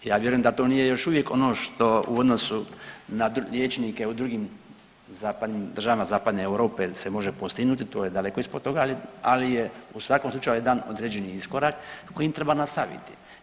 Ja vjerujem da to nije još uvijek ono što u odnosu na liječnike u drugim zapadnim, državama zapadne Europe se može postignuti, to je daleko ispod toga, ali je u svakom slučaju jedan određeni iskorak kojim treba nastaviti.